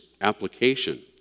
application